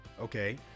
okay